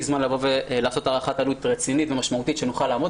זמן לעשות הערכת עלות רצינית ומשמעותית שנוכל לעמוד